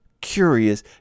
curious